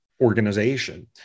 organization